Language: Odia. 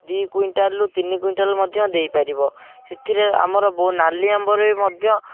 ଦୁଇ କୁଇଣ୍ଟାଲରୁ ତିନି କୁଇଣ୍ଟାଲ ମଧ୍ୟ ଦେଇପାରିବ ସେଥିରେ ଆମର ବହୁ ନାଲି ଆମ୍ବରେ ବି ମଧ୍ୟ